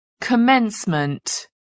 Commencement